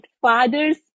fathers